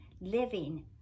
living